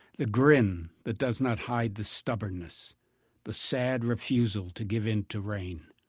the grin that does not hide the stubbornness the sad refusal to give in to rain,